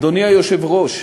אדוני היושב-ראש,